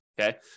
okay